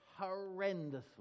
horrendously